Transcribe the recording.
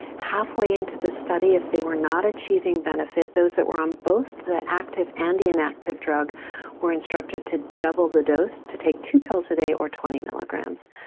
halfway into the study if they were not achieving benefit those that were on both, the active and the inactive drug were instructed to double the dose to take two pills a day or twenty milligrams.